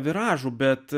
viražų bet